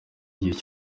igiye